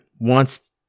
wants